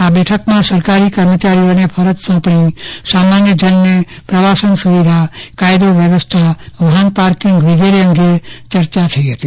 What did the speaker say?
આ બેઠકમાં સરકારી કર્મચારીઓનું ફરજ સોંપણી સામાન્ય જનતાને પ્રવાસન વિવિધ કાયદો વ્યવસ્થા વાહન પાર્કિંગ વિગેરે અંગે ચર્યા થઇ હતી